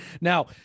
now